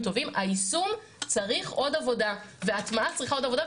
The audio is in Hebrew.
היישום צריך עוד עבודה וההטמעה צריכה עוד עבודה,